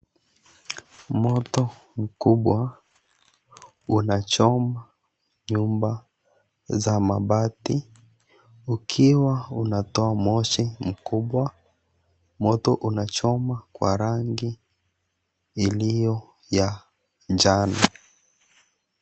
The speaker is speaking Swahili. Moto mkubwa, unachoma nyumba za mabati, ukiwa unatoa moshi mkubwa. Moto unachoma kwa rangi iliyo ya njano.